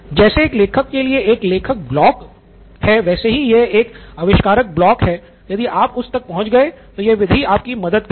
जैसे एक लेखक के लिए एक लेखक ब्लॉक है वैसे ही यह एक आविष्कारक ब्लॉक है यदि आप उस तक पहुंच गए हैं तो यह विधि आपकी मदद करेगी